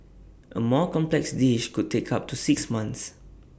A more complex dish could take up to six months